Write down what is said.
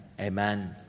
amen